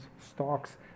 stocks